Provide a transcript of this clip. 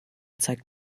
zeigt